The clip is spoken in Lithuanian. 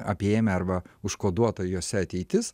apėmę arba užkoduota juose ateitis